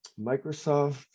Microsoft